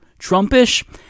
Trumpish